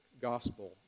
gospel